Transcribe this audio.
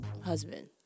husband